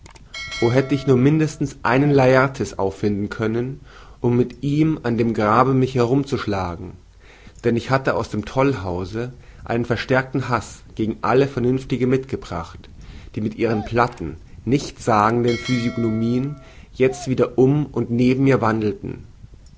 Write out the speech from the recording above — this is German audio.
o hätte ich nur mindestens einen laertes auffinden können um mit ihm an dem grabe mich herumzuschlagen denn ich hatte aus dem tollhause einen verstärkten haß gegen alle vernünftige mitgebracht die mit ihren platten nichtssagenden physiognomien jezt wieder um und neben mir wandelten